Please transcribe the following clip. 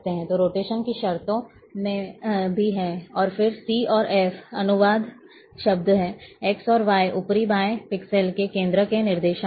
तो रोटेशन की शर्तें भी हैं और फिर c और f अनुवाद शब्द हैं x और y ऊपरी बाएँ पिक्सेल के केंद्र के निर्देशांक हैं